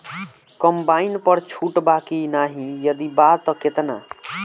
Combine पर छूट बा की नाहीं यदि बा त केतना?